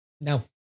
No